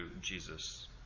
Jesus